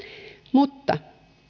mutta